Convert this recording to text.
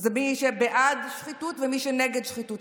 אז זה מי שבעד שחיתות ומי שנגד שחיתות.